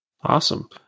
Awesome